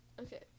Okay